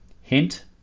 Hint